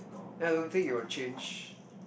then I don't think it will change